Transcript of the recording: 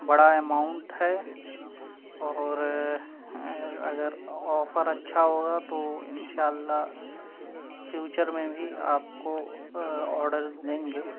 بڑا اماؤنٹ ہے اور اگر آفر اچّھا ہوگا تو ان شاء اللّہ فیوچر میں بھی آپ کو آرڈر دیں گے